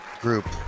group